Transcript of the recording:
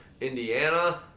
Indiana